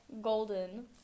golden